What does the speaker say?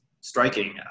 striking